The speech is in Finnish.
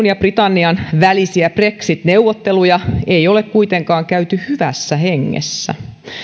ja britannian välisiä brexit neuvotteluja ei ole kuitenkaan käyty hyvässä hengessä